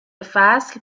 فصل